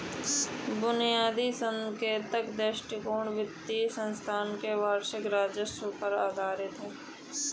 बुनियादी संकेतक दृष्टिकोण वित्तीय संस्थान के वार्षिक राजस्व पर आधारित है